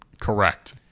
Correct